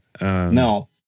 No